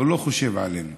הוא לא חושב עלינו.